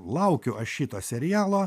laukiu aš šito serialo